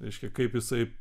reiškia kaip jisai